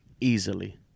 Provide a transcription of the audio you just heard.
Easily